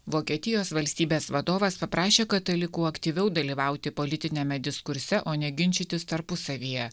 vokietijos valstybės vadovas paprašė katalikų aktyviau dalyvauti politiniame diskurse o ne ginčytis tarpusavyje